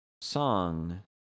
song